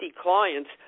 clients